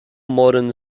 modern